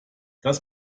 das